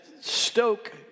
stoke